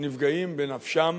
נפגעים בנפשם